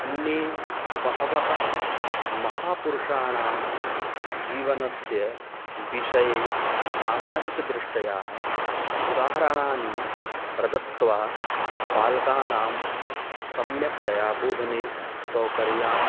अन्ये बहवः महापुरुषाणां जीवनस्य विषये सामाजिकदृष्ट्या उदाहरणानि प्रदत्वा बालकानां सम्यक्तया बोधने सौकर्यं